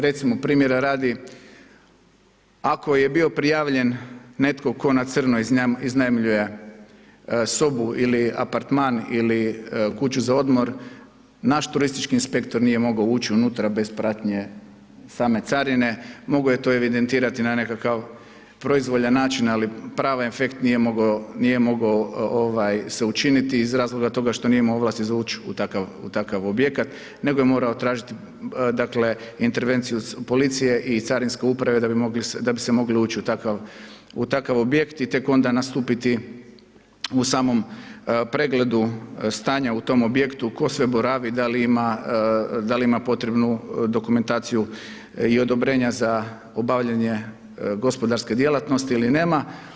Recimo primjera radi ako je bio prijavljen netko tko na crno iznajmljuje sobu ili apartman ili kuću za odmor naš turistički inspektor nije mogao ući unutra bez pratnje same carine, mogo je to evidentirati na nekakav proizvoljan način ali prava infekt nije mogao, nije mogao ovaj se učiniti iz razloga toga što nije imao ovlasti za uć u takav, u takav objekat, nego je morao tražiti dakle intervenciju policije i carinske uprave da bi mogli se, da bi se mogli ući u takav objekt i tek onda nastupiti u samom pregledu stanja u tom objektu tko sve boravi, da li ima potrebnu dokumentaciju i odobrenja za obavljanje gospodarske djelatnosti ili nema.